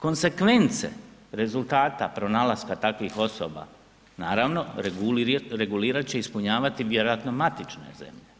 Konzekvence rezultata pronalaska takvih osoba naravno regulirat će i ispunjavati vjerojatno matične zemlje